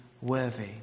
worthy